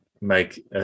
make